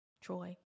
troy